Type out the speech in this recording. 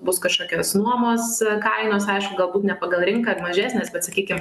bus kažkokios nuomos kainos aišku galbūt ne pagal rinką ir mažesnės bet sakykim